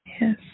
Yes